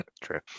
True